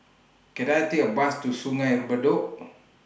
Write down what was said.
Can I Take A Bus to Sungei Bedok